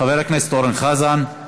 חבר הכנסת אורן חזן,